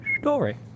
story